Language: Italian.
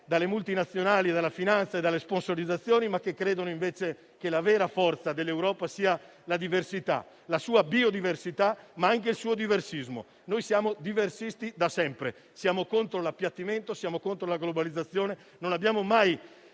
dalle multinazionali, dalla finanza e dalle sponsorizzazioni, ma che credono invece che la vera forza dell'Europa sia la diversità, la sua biodiversità, ma anche il suo diversismo. Noi siamo diversisti da sempre, siamo contro l'appiattimento, siamo contro la globalizzazione, non abbiamo mai